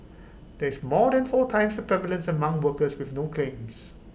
this is more than four times the prevalence among workers with no claims